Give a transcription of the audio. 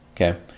Okay